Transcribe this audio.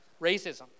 Racism